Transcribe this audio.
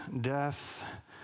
death